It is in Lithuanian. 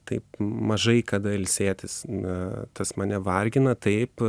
taip mažai kada ilsėtis na tas mane vargina taip